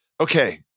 Okay